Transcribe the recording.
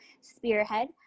spearhead